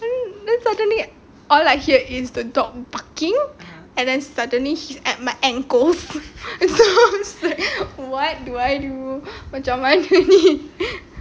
then suddenly all I hear is the dog barking and then suddenly he's at my ankles so I was like what do I do macam mana ni